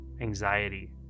anxiety